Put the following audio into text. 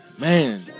Man